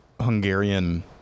Hungarian